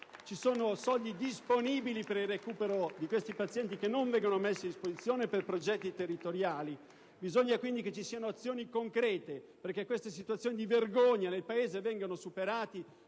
ci sono soldi disponibili per il recupero di questi pazienti che non vengono messi a disposizione per progetti territoriali. Bisogna che ci siano azioni concrete perché queste situazioni di vergogna nel Paese vengano superate.